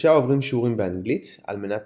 אנשיה עוברים שיעורים באנגלית על מנת